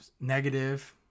negative